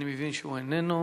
אני מבין שהוא איננו.